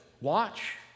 Watch